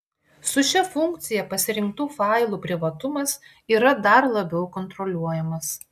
su šia funkcija pasirinktų failų privatumas yra dar labiau kontroliuojamas